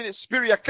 spirit